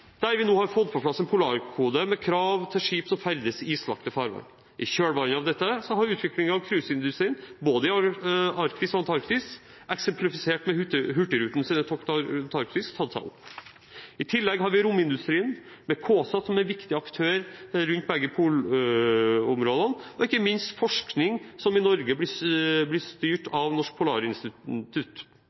der vi nå har fått på plass en polarkode med krav til skip som ferdes i islagte farvann. I kjølvannet av dette har utviklingen av cruiseindustrien, både i Arktis og i Antarktis, eksemplifisert ved Hurtigrutens tokt til Antarktis, tatt seg opp. I tillegg har vi romindustrien, med KSAT som en viktig aktør rundt begge polområdene, og ikke minst forskning som i Norge blir styrt av Norsk polarinstitutt.